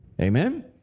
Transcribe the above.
Amen